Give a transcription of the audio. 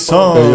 Song